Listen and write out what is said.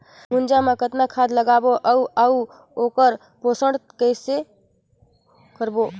गुनजा मा कतना खाद लगाबो अउ आऊ ओकर पोषण कइसे करबो?